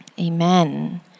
Amen